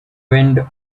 wind